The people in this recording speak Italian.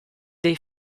dei